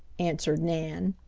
answered nan.